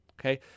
okay